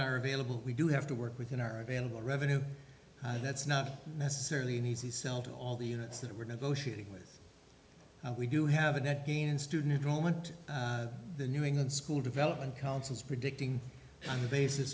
are available we do have to work within our available revenue that's not necessarily an easy sell to all the units that were negotiating with we do have a net gain in student enrollment the new england school development council is predicting on the basis